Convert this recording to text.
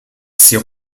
ses